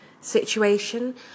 situation